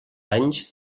anys